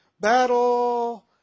battle